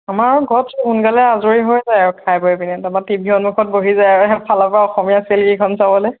আমাৰ ঘৰত সোনকালে আজৰি হৈ যায় আৰু খাই বৈ পিনে তাৰ পৰা টিভিৰ সন্মুখত বহি যায় আৰু এফালৰ পৰা অসমীয়া চিৰিয়েলকেইখন চাবলৈ